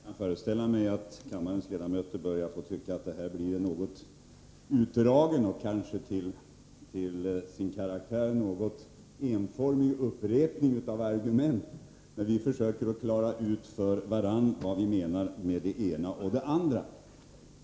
Fru talman! Jag kan föreställa mig att kammarens ledamöter börjar tycka att det här blir en något utdragen och kanske till sin karaktär något enformig upprepning av argument, när vi försöker klara ut för varandra vad vi menar med det ena och det andra.